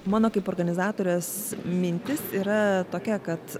mano kaip organizatorės mintis yra tokia kad